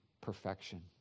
perfection